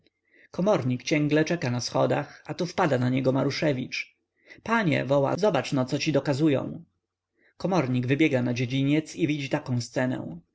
spazmów komornik cięgle czeka na schodach aż tu wpada do niego maruszewicz panie woła zobaczno co ci dokazują komornik wybiega na dziedziniec i widzi taką scenę